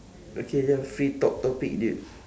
okay ya free talk topic dude